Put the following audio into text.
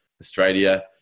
Australia